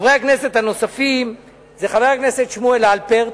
חברי הכנסת הנוספים הם חבר הכנסת שמואל הלפרט,